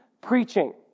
preaching